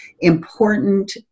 important